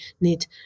need